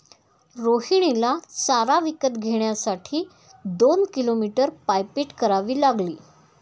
रोहिणीला चारा विकत घेण्यासाठी दोन किलोमीटर पायपीट करावी लागली